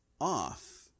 off